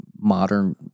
modern